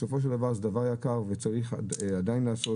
בסופו של דבר זה דבר יקר וצריך עדיין לעשות